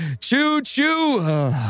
choo-choo